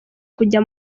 kujya